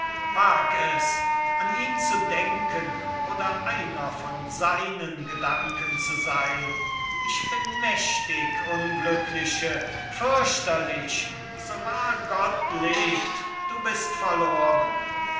wag es an ihn zu denken oder einer von seinen gedanken zu sein ich bin mächtig unglückliche fürchterlich so wahr gott lebt du bist verloren